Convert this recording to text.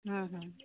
ᱦᱮᱸ ᱦᱮᱸ